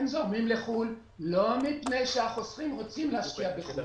הם זורמים לחו"ל לא מפני שהחוסכים רוצים להשקיע בחו"ל,